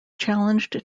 challenged